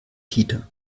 kita